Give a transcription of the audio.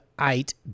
eight